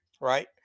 right